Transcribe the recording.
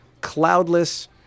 cloudless